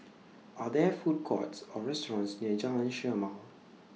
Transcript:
Are There Food Courts Or restaurants near Jalan Chermai